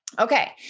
Okay